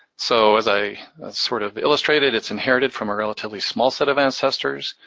so, as i sort of illustrated, it's inherited from a relatively small set of ancestors.